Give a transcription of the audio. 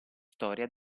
storia